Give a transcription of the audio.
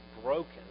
broken